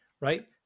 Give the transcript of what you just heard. right